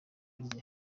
rye